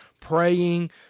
praying